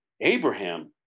Abraham